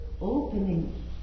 opening